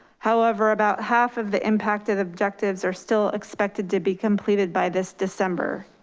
however, about half of the impact of the objectives are still expected to be completed by this december.